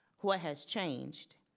what has changed?